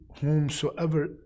whomsoever